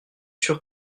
sûr